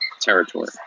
territory